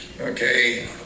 okay